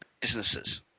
businesses